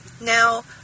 Now